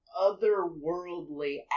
otherworldly